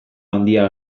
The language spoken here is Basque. handia